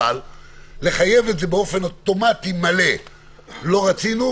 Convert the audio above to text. אבל לחייב את זה באופן אוטומטי מלא לא רצינו,